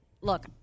look